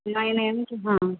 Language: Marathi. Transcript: नाईन एम ची हां